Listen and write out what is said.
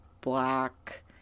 black